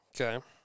Okay